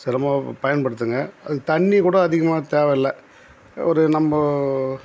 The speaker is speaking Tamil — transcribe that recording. சிரமமா பயன்படுத்துங்க அதுக்கு தண்ணி கூட அதிகமாக தேவைல்ல ஒரு நம்ப